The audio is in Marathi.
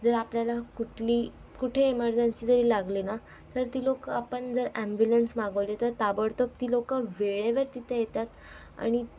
जर आपल्याला कुठली कुठे इमरजंसी जरी लागली ना तर ती लोकं आपण जर ॲम्बुलन्स मागवली तर ताबडतोब ती लोकं वेळेवर तिथे येतात आणि